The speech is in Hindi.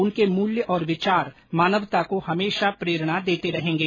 उनके मूल्य और विचार मानवता को हमेशा प्रेरणा देते रहेंगे